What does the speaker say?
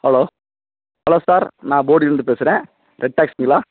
hello hello sir நான் போடிலிருந்து பேசுகிறேன் ரெட் டேக்ஸிங்களா